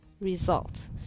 result